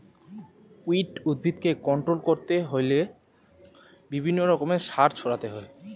weed উদ্ভিদকে control করতে হইলে বিভিন্ন রকমের সার ছড়াতে হয়